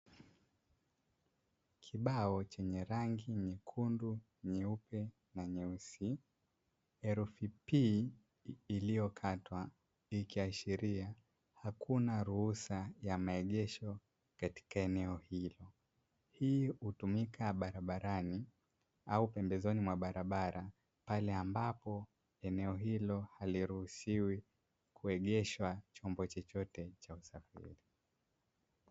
Kibao chenye rangi nyekundu, nyeupe na nyeusi herufi “P” iliyokatwa ikiashiria hakuna ruhusa ya maegesho katika eneo hilo. Hii hutumika barabarani au pembezoni mwa barabara, pale ambapo eneo hilo haliruhusiwi kuegeshwa chombo chochote cha usafiri.